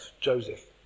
Joseph